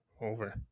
Over